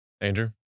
Andrew